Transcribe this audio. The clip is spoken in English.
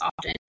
often